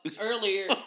earlier